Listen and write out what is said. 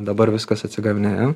dabar viskas atsigavinėja